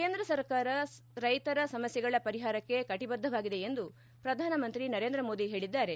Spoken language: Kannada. ಕೇಂದ್ರ ಸರ್ಕಾರ ರೈತರ ಸಮಸ್ಥೆಗಳ ಪರಿಹಾರಕ್ಕೆ ಕಟಿಬದ್ಧವಾಗಿದೆ ಎಂದು ಪ್ರಧಾನಮಂತ್ರಿ ನರೇಂದ್ರ ಮೋದಿ ಹೇಳಿದ್ದಾರೆ